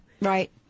Right